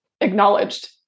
acknowledged